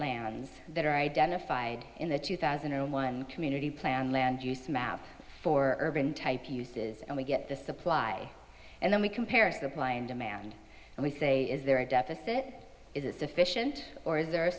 lands that are identified in the two thousand and one community plan land use map for urban type uses and we get the supply and then we compare supply and demand and we say is there a deficit is it sufficient or is there a